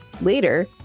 Later